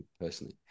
personally